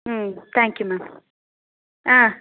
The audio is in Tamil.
ம் தேங்க் யூ மேம் ஆ